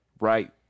right